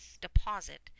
deposit